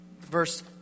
Verse